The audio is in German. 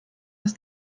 dass